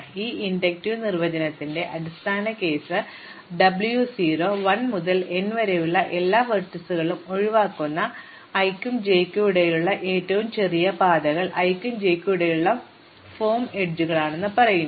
അതിനാൽ ഈ ഇൻഡക്റ്റീവ് നിർവചനത്തിന്റെ അടിസ്ഥാന കേസ് W 0 1 മുതൽ n വരെയുള്ള എല്ലാ ലംബങ്ങളെയും ഒഴിവാക്കുന്ന i നും j നും ഇടയിലുള്ള ഏറ്റവും ചെറിയ പാതകൾ i നും j നും ഇടയിലുള്ള ഫോം അരികുകളാണെന്ന് പറയുന്നു